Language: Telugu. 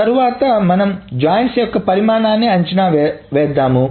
తరువాత మనం జాయిన్స్ యొక్క పరిమాణాన్ని అంచనా వేద్దాము